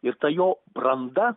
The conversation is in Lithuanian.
ir ta jo branda